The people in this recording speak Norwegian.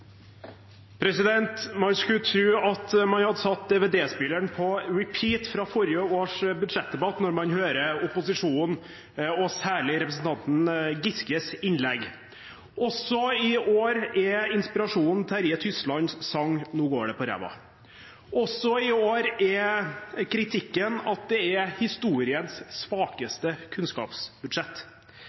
Man skulle tro at man hadde satt DVD-spilleren på «repeat» fra forrige års budsjettdebatt når man hører opposisjonen – og særlig representanten Giskes innlegg. Også i år er inspirasjonen Terje Tyslands sang: «No går det på rævva». Også i år er kritikken at det er historiens svakeste kunnskapsbudsjett.